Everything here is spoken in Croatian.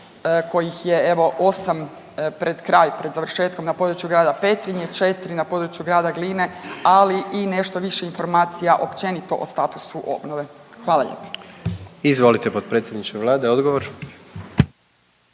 kojih je evo 8 pred kraj, pred završetkom na području grada Petrinje, 4 na području grada Gline ali i nešto više informacija općenito o statusu obnove. Hvala lijepo. **Jandroković,